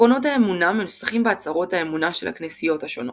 עקרונות האמונה מנוסחים בהצהרות האמונה של הכנסיות השונות.